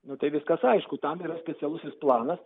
nu tai viskas aišku tam yra specialusis planas